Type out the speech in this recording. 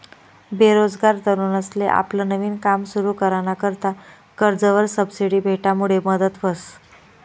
बेरोजगार तरुनसले आपलं नवीन काम सुरु कराना करता कर्जवर सबसिडी भेटामुडे मदत व्हस